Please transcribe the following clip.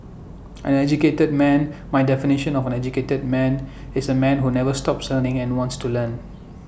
an educated man my definition of an educated man is A man who never stops learning and wants to learn